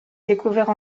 découverts